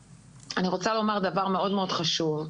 אני רוצה לומר דבר מאוד מאוד חשוב.